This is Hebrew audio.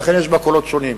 ולכן יש בה קולות שונים.